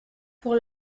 pour